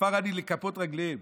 עפר אני לכפות רגליהם,